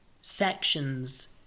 sections